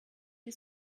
die